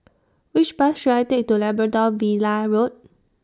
Which Bus should I Take to Labrador Villa Road